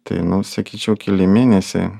tai nu sakyčiau keli mėnesiai